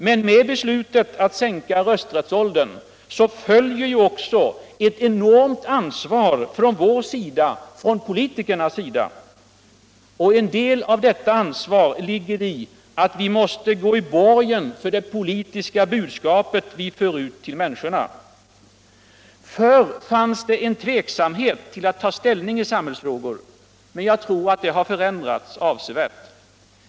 Men med beslutet att sänka rösträttsäldern följer också eu enormt unsvar från vår sida — från politikernas sida. En del av detta ansvar ligger i att vi måste gå i borgen för det politiska budskap vi för ut ull människorna. Förr fanns en tveksamhet till att ta ställning i samhällsfrågor. Men jag tror att det har förändrats avsevärt.